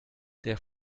der